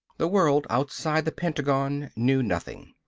the world outside the pentagon knew nothing.